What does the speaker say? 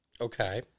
Okay